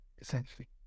essentially